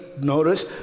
notice